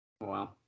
Wow